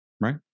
Right